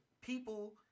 people